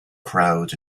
crowd